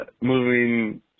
moving